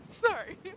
sorry